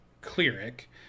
cleric